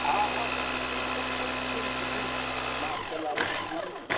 हा हा सभु बुकिंग सभु सभु बुकिंग सुठी मां होटल वारे खे सुञाणे